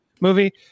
movie